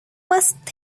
must